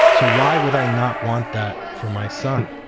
so why would i not want that for my son?